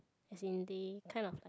as in they kind of like